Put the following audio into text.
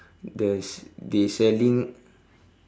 the they selling